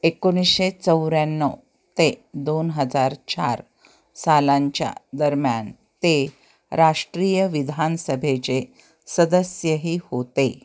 एकोणीशे चौऱ्याण्णव ते दोन हजार चार सालांच्या दरम्यान ते राष्ट्रीय विधानसभेचे सदस्यही होते